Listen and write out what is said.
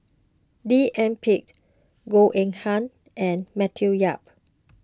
D N Pritt Goh Eng Han and Matthew Yap